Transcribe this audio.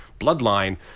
bloodline